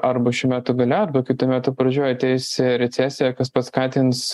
arba šių metų gale arba kitų metų pradžioj ateis recesija kas paskatins